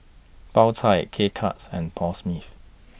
Po Chai K Cuts and Paul Smith